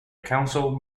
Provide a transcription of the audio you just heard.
council